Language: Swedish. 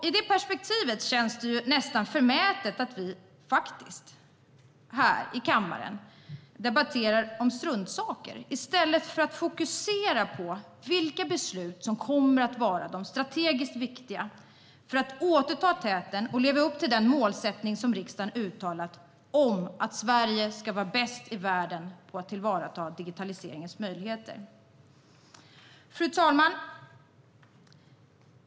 I det perspektivet känns det nästan förmätet att vi faktiskt här i kammaren debatterar om struntsaker i stället för att fokusera på vilka beslut som kommer att vara de strategiskt viktiga för att återta täten och leva upp till den målsättning som riksdagen uttalat om att Sverige ska vara bäst i världen på att tillvarata digitaliseringens möjligheter. Fru talman!